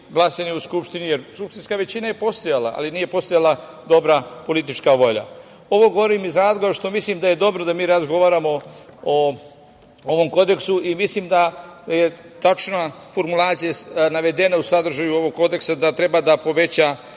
glasanje u Skupštini, jer skupštinska većina je postojala, ali nije postojala dobra politička volja. Ovo govorim iz razloga što mislim da je dobro da mi razgovaramo o ovom kodeksu i mislim da je tačna formulacija navedena u sadržaju ovog kodeksa da treba da poveća